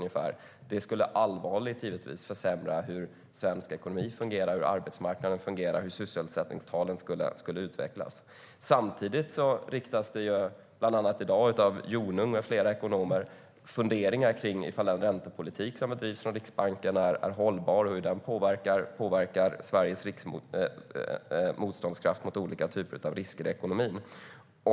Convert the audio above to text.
Det skulle givetvis allvarligt försämra utvecklingen av svensk ekonomi, arbetsmarknaden och sysselsättningstalen. Samtidigt har bland annat Jonung med flera ekonomer i dag funderingar om ifall den räntepolitik som bedrivs av Riksbanken är hållbar och hur den påverkar Sveriges motståndskraft mot olika typer av risker i ekonomin.